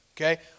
Okay